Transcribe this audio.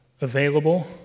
available